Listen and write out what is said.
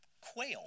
quail